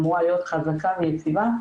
אמורה להיות חזקה ויציבה,